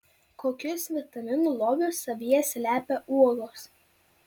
kokius vitaminų lobius savyje slepia uogos